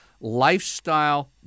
lifestyle